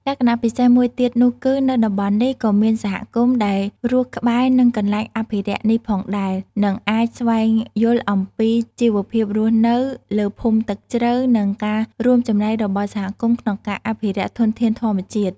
លក្ចណៈពិសេសមួយទៀតនោះគឺនៅតំបន់នេះក៏មានសហគមន៍ដែលរស់ក្បែរនិងកន្លែងអភិរក្សនេះផងដែលនិងអាចស្វែងយល់អំពីជីវភាពរស់នៅលើភូមិទឹកជ្រៅ និងការរួមចំណែករបស់សហគមន៍ក្នុងការអភិរក្សធនធានធម្មជាតិ។